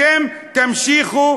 אתם תמשיכו